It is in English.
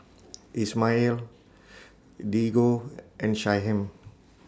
Ismael Diego and Shyheim